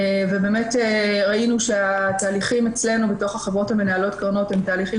ובאמת ראינו שהתהליכים אצלנו בתוך החברות המנהלות קרנות הם תהליכים